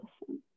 listen